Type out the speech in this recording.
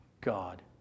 God